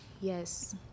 Yes